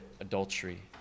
adultery